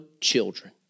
children